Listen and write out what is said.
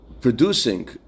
producing